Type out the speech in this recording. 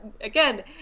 again